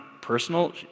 personal